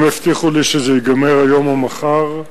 הם הבטיחו לי שזה ייגמר היום או מחר.